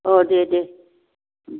अ दे दे